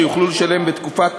אשר יוכלו לשלם בתקופת